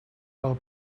pel